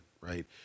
right